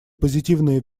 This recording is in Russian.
позитивные